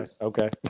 okay